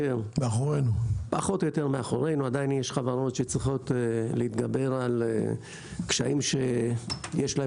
מאחורינו - עדיין יש חברות שצריכות להתגבר על קשיים שיש להן